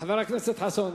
חבר הכנסת חסון,